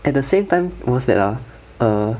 at the same time what's that ah err